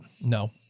no